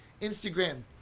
Instagram